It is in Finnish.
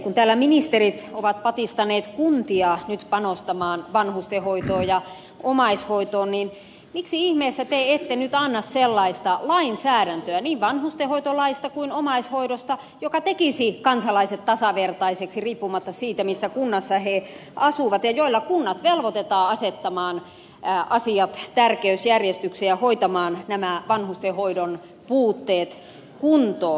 kun täällä ministerit ovat patistaneet kuntia nyt panostamaan vanhustenhoitoon ja omaishoitoon niin miksi ihmeessä te ette nyt anna sellaista lainsäädäntöä niin vanhustenhoitolaista kuin omaishoidosta joka tekisi kansalaiset tasavertaisiksi riippumatta siitä missä kunnassa he asuvat ja jolla kunnat velvoitetaan asettamaan asiat tärkeysjärjestykseen ja hoitamaan nämä vanhustenhoidon puutteet kuntoon